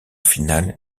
finale